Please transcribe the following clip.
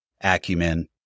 acumen